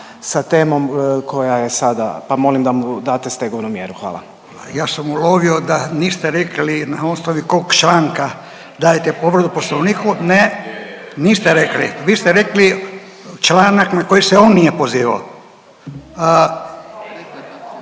sa temom koja je sada pa molim da mu date stegovnu mjeru. Hvala. **Radin, Furio (Nezavisni)** Ja sam ulovio da niste rekli na osnovi kog članka dajete povredu Poslovniku. Ne niste rekli, vi ste rekli članak na koji se on nije pozivao.